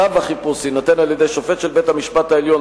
צו החיפוש יינתן על-ידי שופט של בית-המשפט העליון,